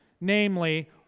namely